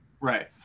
right